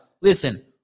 listen